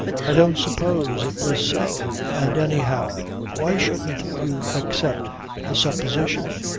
i don't suppose. it was so. and anyhow why shouldn't you accept the supposition.